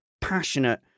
passionate